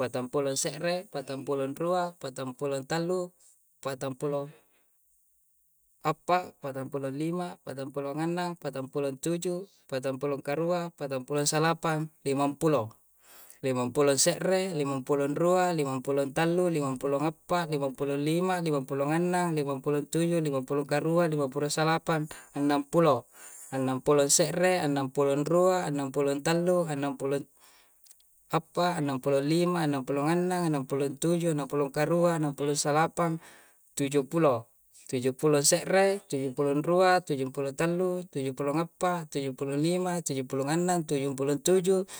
Patang pulo se're, patang pulo rua, patang pulo ntallu, patang pulo appa, patang pulo lima, patang pulo ngannang, patang pulo ntuju, patang pulo karua, patang pulo salapang, limang pulo. Limang pulo se're, limang pulo rua, limang pulo ntallu, limang pulo appa, limang pulo lima, limang pulo ngannang, limang pulo tuju, limang pulo karua, limo pulo salapan, anam pulo. Enam pulo se're, enam pulo rua, enam pulo tallu, enam pulo appa, enam pulo lima enam pulo nganang, enam pulo ntuju, enam pulo karua, enam pulo salapang, tuju pulo. Tuju pulo se're, tuju pulo rua, tuju pulo tallu, tuju pulo ngappa, tuju pulo lima, tuju pulo nganang, tuju pulo ntuju, tuju pulo tuju.